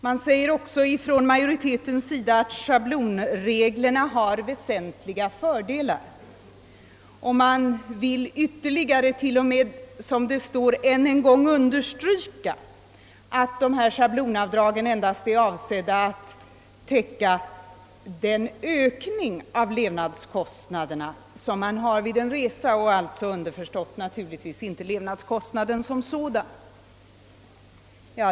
Utskottsmajoriteten framhåller vidare att schablonreglerna har väsentliga fördelar och vill t.o.m., som det heter, än en gång understryka att dessa schablonavdrag endast är avsedda att täcka den ökning av levnadskostnaderna som uppstår vid en resa — alltså underförstått inte levnadskostnaden som sådan.